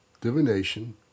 divination